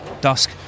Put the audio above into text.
Dusk